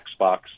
Xbox